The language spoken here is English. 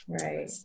Right